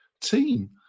team